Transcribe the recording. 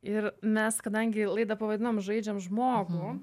ir mes kadangi laidą pavadinom žaidžiam žmogų